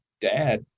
dad